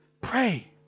Pray